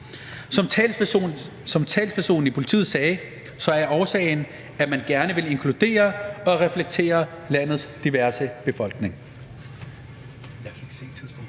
Som en talsperson for politiet sagde, er årsagen, at man gerne vil inkludere og reflektere landets forskelligartede befolkning.